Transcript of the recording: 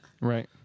Right